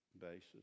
basis